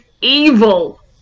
evil